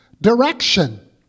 direction